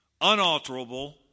unalterable